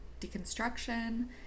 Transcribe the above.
deconstruction